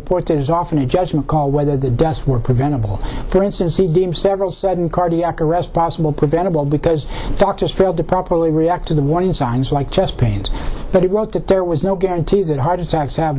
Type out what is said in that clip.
report that is often a judgment call whether the deaths were preventable for instance the d m several sudden cardiac arrest possible preventable because doctors failed to properly react to the warning signs like chest pains but it worked at there was no guarantee that heart attacks have